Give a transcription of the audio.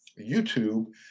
YouTube